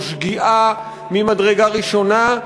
זו שגיאה ממדרגה ראשונה,